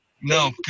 No